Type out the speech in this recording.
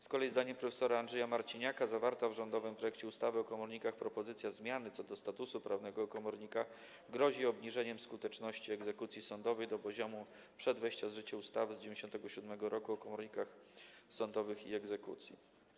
Z kolei zdaniem prof. Andrzeja Marciniaka zawarta w rządowym projekcie ustawy o komornikach propozycja zmiany dotyczące statusu prawnego komornika grozi obniżeniem skuteczności egzekucji sądowej do poziomu przed wejściem w życie ustawy z 1997 r. o komornikach sądowych i egzekucji.